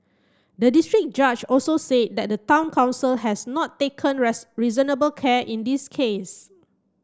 the district judge also said that the town council has not taken reasonable care in this case